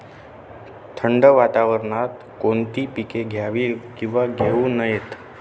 थंड वातावरणात कोणती पिके घ्यावीत? किंवा घेऊ नयेत?